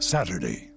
Saturday